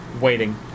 Waiting